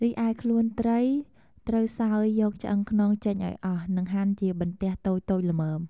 រីឯខ្លួនត្រីត្រូវសើយយកឆ្អឹងខ្នងចេញឲ្យអស់ និងហាន់ជាបន្ទះតូចៗល្មម។